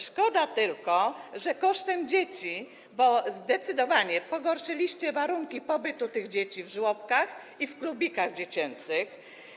Szkoda tylko, że kosztem dzieci, bo zdecydowanie pogorszyliście warunki pobytu dzieci w żłobkach i w klubikach dziecięcych.